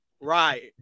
Right